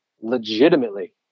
legitimately